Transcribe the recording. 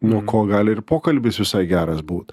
nuo ko gali ir pokalbis visai geras būt